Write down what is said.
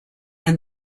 and